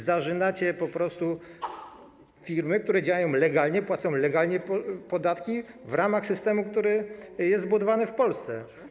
Zarzynacie po prostu firmy, które działają legalnie, płacą legalnie podatki w ramach systemu, który jest zbudowany w Polsce.